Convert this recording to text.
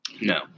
No